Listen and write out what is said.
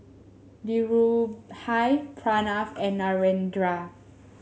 Dhirubhai Pranav and Narendra